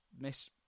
Miss